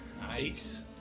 Nice